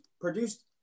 produced